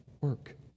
work